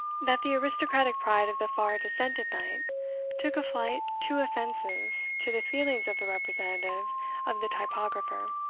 that the aristocratic pride of the far-descended knight took a flight too offensive to the feelings of the representative of the typographer.